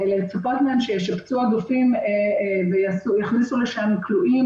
לצפות מהם שישפצו אגפים ויכניסו לשם כלואים